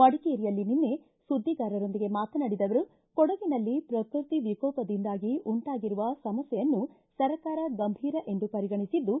ಮಡಿಕೇರಿಯಲ್ಲಿ ನಿನ್ನೆ ಸುದ್ಗಿಗಾರರೊಂದಿಗೆ ಮಾತನಾಡಿದ ಅವರು ಕೊಡಗಿನಲ್ಲಿ ಪ್ರಕೃತಿ ವಿಕೋಪದಿಂದಾಗಿ ಉಂಟಾಗಿರುವ ಸಮಸ್ಥೆಯನ್ನು ಸರ್ಕಾರ ಗಂಭೀರ ಎಂದು ಪರಿಗಣಿಸಿದ್ದು